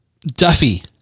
Duffy